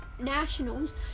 Nationals